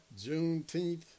juneteenth